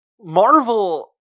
Marvel